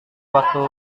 waktu